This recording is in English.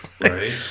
Right